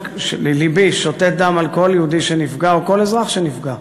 לבי שותת דם על כל יהודי שנפגע או כל אזרח שנפגע.